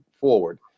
forward